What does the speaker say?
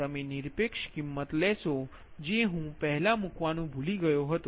તમે નિરપેક્ષ કિંમત લેશો જે હું પહેલાં મૂકવાનું ભૂલી ગયો હતો